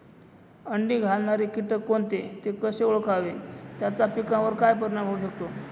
अंडी घालणारे किटक कोणते, ते कसे ओळखावे त्याचा पिकावर काय परिणाम होऊ शकतो?